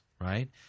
right